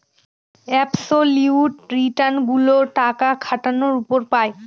absolute return গুলো টাকা খাটানোর উপর পাই